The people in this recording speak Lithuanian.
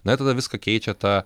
na tada viską keičia ta